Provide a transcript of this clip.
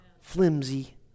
flimsy